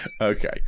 Okay